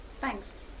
Thanks